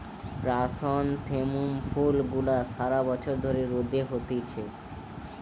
chrysanthemum ফুল গুলা সারা বছর ধরে রোদে হতিছে